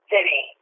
city